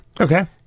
okay